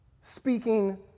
speaking